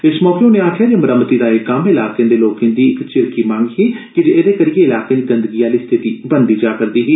इस मौके उनें आक्खेया जे मरम्मती दा एह कम्म इलाके दे लोकें दी इक चिरकी मंग ही कीजे एदे करियै इलाके च गंदगी आली स्थिति बनदी जा करदी ही